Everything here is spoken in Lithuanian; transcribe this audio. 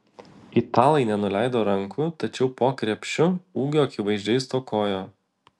italai nenuleido rankų tačiau po krepšiu ūgio akivaizdžiai stokojo